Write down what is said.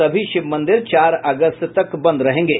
सभी शिव मंदिर चार अगस्त तक बंद रहेंगे